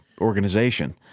organization